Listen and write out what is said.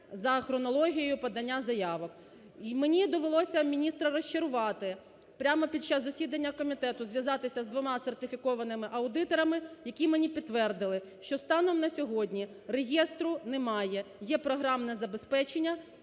за хронологією подання заявок. Мені довелося міністра розчарувати, прямо під час засідання комітету зв'язатися з двома сертифікованими аудиторами, які мені підтвердили, що станом на сьогодні реєстру немає. Є програмне забезпечення,